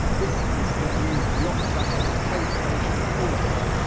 this is the new blockbuster playstation four game.